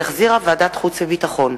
שהחזירה ועדת החוץ והביטחון.